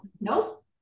nope